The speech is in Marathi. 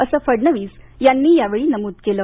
असं फडणवीस यांनी यावेळी नमूद केलं